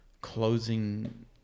closing